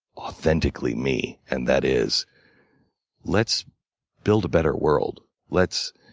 authentically me. and that is let's build a better world. let's